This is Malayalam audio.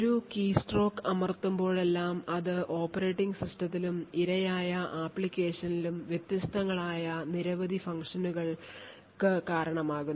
ഒരു കീസ്ട്രോക്ക് അമർത്തുമ്പോഴെല്ലാം അത് ഓപ്പറേറ്റിംഗ് സിസ്റ്റത്തിലും ഇരയായ ആപ്ലിക്കേഷനിലും വ്യത്യസ്തങ്ങളായ നിരവധി ഫംഗ്ഷനുകൾക്ക് കാരണമാകുന്നു